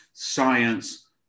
science